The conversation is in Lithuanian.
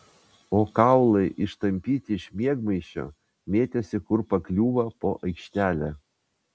o kaulai ištampyti iš miegmaišio mėtėsi kur pakliūva po aikštelę